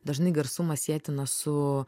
dažnai garsumą sietinas su